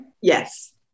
Yes